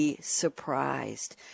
surprised